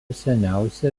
seniausia